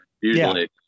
usually